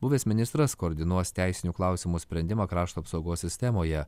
buvęs ministras koordinuos teisinių klausimų sprendimą krašto apsaugos sistemoje